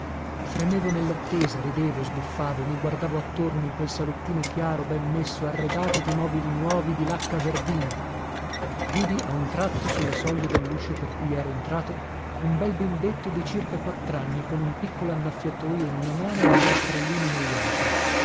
fremevo nellattesa ridevo sbuffavo mi guardavo attorno in quel salottino chiaro ben messo arredato di mobili nuovi di lacca verdina vidi a un tratto su la soglia delluscio per cui ero entrato un bel bimbetto di circa quattranni con un piccolo annaffiatojo in una mano e un rastrellino